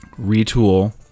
Retool